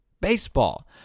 Baseball